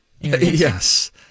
Yes